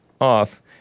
off